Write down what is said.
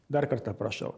dar kartą prašau